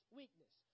weakness